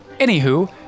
Anywho